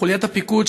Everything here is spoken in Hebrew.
חוליית הפיקוד,